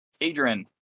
Adrian